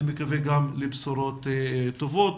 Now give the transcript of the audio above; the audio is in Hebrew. ואני מקווה גם לבשורות טובות.